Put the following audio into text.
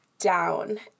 Down